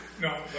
No